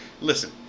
listen